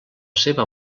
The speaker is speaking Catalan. seva